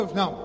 no